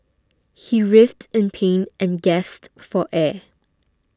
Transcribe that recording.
he writhed in pain and gasped for air